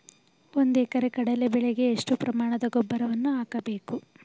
ಒಂದು ಎಕರೆ ಕಡಲೆ ಬೆಳೆಗೆ ಎಷ್ಟು ಪ್ರಮಾಣದ ಗೊಬ್ಬರವನ್ನು ಹಾಕಬೇಕು?